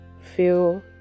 feel